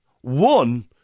One